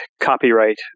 copyright